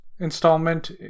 installment